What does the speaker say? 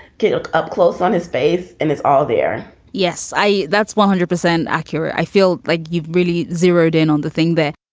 look up close on his face and it's all there yes, i that's one hundred percent accurate. i feel like you've really zeroed in on the thing that